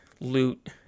loot